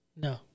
No